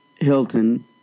Hilton